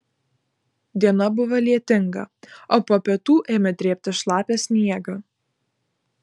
diena buvo lietinga o po pietų ėmė drėbti šlapią sniegą